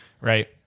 Right